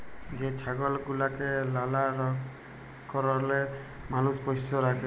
যে ছাগল গুলাকে লালা কারলে মালুষ পষ্য রাখে